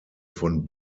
von